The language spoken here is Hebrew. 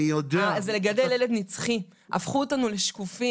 זה לגדל ילד נצחי, הפכו אותנו לשקופים.